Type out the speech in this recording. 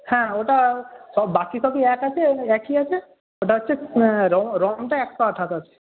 হ্যাঁ ওটা সব বাকি সবই এক আছে একই আছে ওটা হচ্ছে রমটা একশো আঠাশ আছে